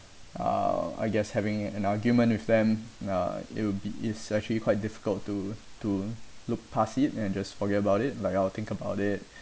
uh I guess having an argument with them uh it'll be is actually quite difficult to to look past it and just forget about it like I'll think about it